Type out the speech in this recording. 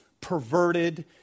perverted